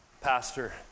pastor